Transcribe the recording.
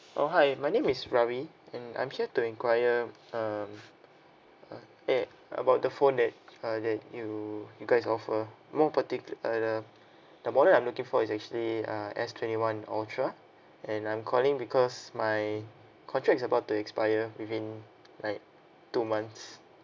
oh hi my name is ravi and I'm here to enquire um uh eh about the phone that uh that you you guys offer more particu~ uh the the model I'm looking for is actually uh S twenty one ultra and I'm calling because my contract is about to expire within like two months